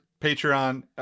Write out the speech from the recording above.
Patreon